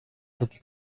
could